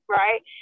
right